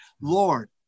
Lord